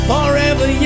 Forever